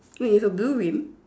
wait it's a blue rim